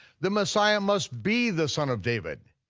the messiah must be the son of david,